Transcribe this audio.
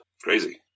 Crazy